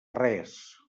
res